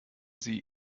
sie